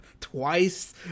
twice